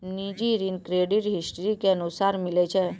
निजी ऋण credit history के अनुसार मिलै छै